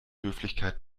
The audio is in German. höflichkeit